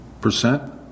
Percent